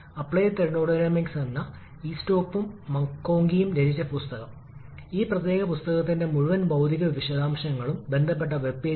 അതിനാൽ 1 2 എന്നത് Ts തലം 2s പ്രതിനിധീകരിക്കുന്നു LP കംപ്രഷന് അനുയോജ്യമായ സാഹചര്യം പ്രായോഗികമായി ഇത് പോയിന്റ് 2 ലേക്ക് പോകുന്നു പിന്നീട് അത് പോയിന്റ് 3 ലേക്ക് താഴുന്നു